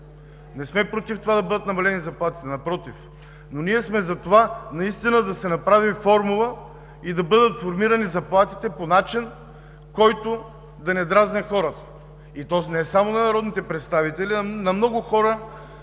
Не сме против това да бъдат намалени заплатите – напротив, но ние сме за това наистина да се направи формула и заплатите да бъдат формирани по начин, който да не дразни хората, и не само на народните представители, а на много хора